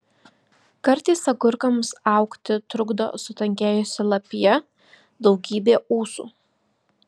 kartais agurkams augti trukdo sutankėjusi lapija daugybė ūsų